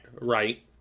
right